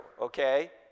Okay